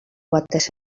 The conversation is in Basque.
batez